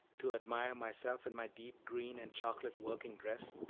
to admire myself in my deep-green and chocolate working-dress,